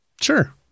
Sure